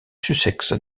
sussex